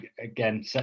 again